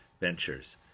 ventures